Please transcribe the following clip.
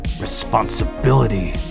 responsibility